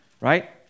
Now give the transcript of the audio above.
right